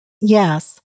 Yes